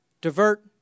divert